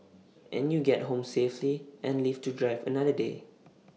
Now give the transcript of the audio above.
and you get home safely and live to drive another day